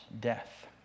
death